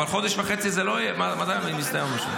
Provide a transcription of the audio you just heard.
אבל חודש וחצי זה לא יהיה, מתי מסתיים המושב?